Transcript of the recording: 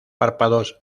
párpados